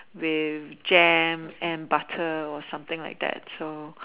with jam and butter or something like that so